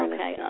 Okay